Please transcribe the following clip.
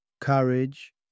Courage